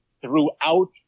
throughout